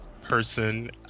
person